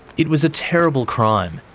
it was a terrible crime,